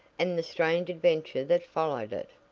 and the strange adventure that followed it.